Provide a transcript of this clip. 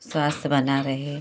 स्वास्थ बना रहे